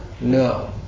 No